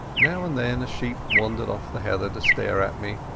now and then a sheep wandered off the heather to stare at me.